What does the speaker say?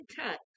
touch